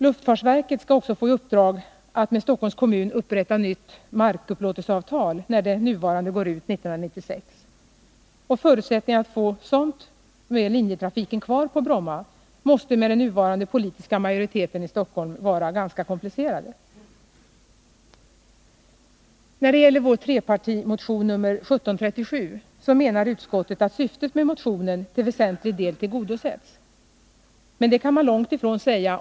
Luftfartsverket skall också få i uppdrag att med Stockholms kommun upprätta nytt markupplåtelseavtal, när det nuvarande går ut 1996. Förutsättningarna att få till stånd ett sådant med linjetrafiken kvar på Bromma måste med den nuvarande politiska majoriteten i Stockholm vara ganska små. Utskottet menar att syftet med trepartimotionen 1737 till väsentlig del tillgodosetts. Det kan man långt ifrån säga.